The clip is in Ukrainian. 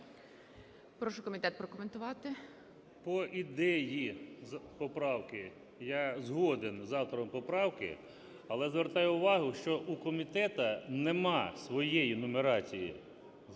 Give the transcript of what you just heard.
Прошу комітет прокоментувати.